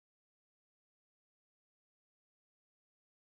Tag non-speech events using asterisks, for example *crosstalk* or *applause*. *unintelligible*